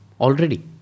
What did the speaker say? already